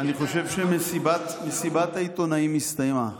אני חושב שמסיבת העיתונאים הסתיימה.